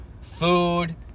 food